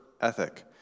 ethic